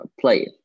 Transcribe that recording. play